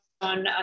on